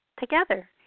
together